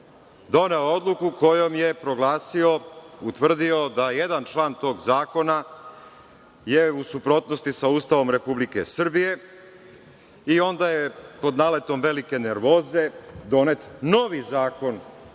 doneo odluku kojom je proglasio i utvrdio da jedan član tog zakona je u suprotnosti sa Ustavom Republike Srbije i onda je, pod naletom velike nervoze, donet novi Zakon